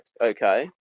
okay